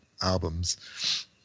albums